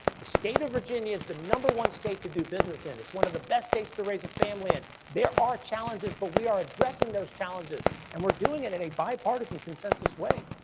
the state of virginia is the number one state to do business in. it's one of the best states to raise a family in. there are challenges but we are addressing those challenges and we're doing it in a bipartisan consensus way.